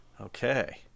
Okay